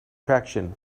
traction